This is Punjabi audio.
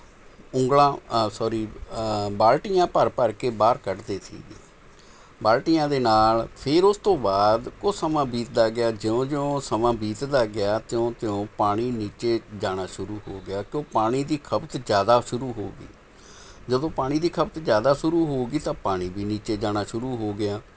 ਉਂਗਲਾਂ ਸੌਰੀ ਬਾਲਟੀਆਂ ਭਰ ਭਰ ਕੇ ਬਾਹਰ ਕੱਢਦੇ ਸੀ ਬਾਲਟੀਆਂ ਦੇ ਨਾਲ਼ ਫਿਰ ਉਸ ਤੋਂ ਬਾਅਦ ਕੁਛ ਸਮਾਂ ਬੀਤਦਾ ਗਿਆ ਜਿਉਂ ਜਿਉਂ ਸਮਾਂ ਬੀਤਦਾ ਗਿਆ ਤਿਉਂ ਤਿਉਂ ਪਾਣੀ ਨੀਚੇ ਜਾਣਾ ਸ਼ੁਰੂ ਹੋ ਗਿਆ ਕਿਉਂ ਪਾਣੀ ਦੀ ਖਪਤ ਜ਼ਿਆਦਾ ਸ਼ੁਰੂ ਹੋ ਗਈ ਜਦੋਂ ਪਾਣੀ ਦੀ ਖਪਤ ਜ਼ਿਆਦਾ ਸ਼ੁਰੂ ਹੋ ਗਈ ਤਾਂ ਪਾਣੀ ਵੀ ਨੀਚੇ ਜਾਣਾ ਸ਼ੁਰੂ ਹੋ ਗਿਆ